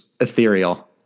ethereal